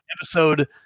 episode